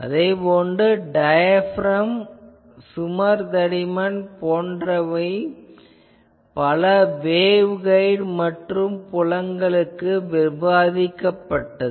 அதேபோன்று டையப்ரம் சுவர் தடிமன் போன்றவை பல வேவ்கைட் மற்றும் புலங்களுக்கு விவாதிக்கப்பட்டது